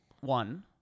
one